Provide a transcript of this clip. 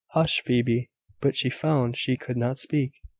hush, phoebe but she found she could not speak.